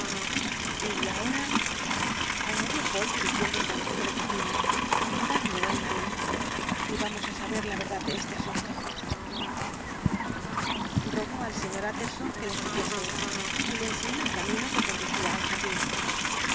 t ahora añadió poole dirigiéndose al mozo de cocina dadme una luz y vamos á saber la verdad de este asunto rogó al sr utterson que le siguiese y le enseñó el camino que conducía al jardín